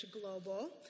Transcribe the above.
Global